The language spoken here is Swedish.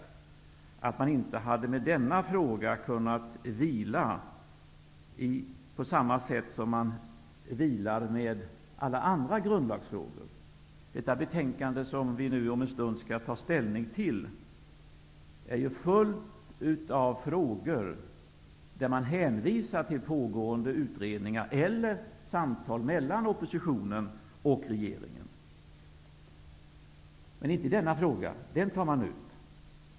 Varför hade man inte kunnat vila med denna fråga på samma sätt som man vilar med alla andra grundlagsfrågor? Det betänkande som vi nu om en stund skall ta ställning till är fullt av frågor, där man hänvisar till pågående utredningar eller till samtal mellan oppositionen och regeringen. Men det gäller inte för denna fråga, utan den lyfter man ut.